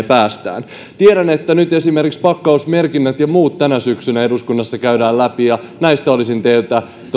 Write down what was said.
päästään tiedän että nyt esimerkiksi pakkausmerkinnät ja muut tänä syksynä eduskunnassa käydään läpi näistä olisin teiltä